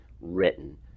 written